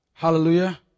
Hallelujah